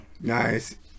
Nice